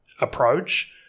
approach